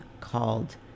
called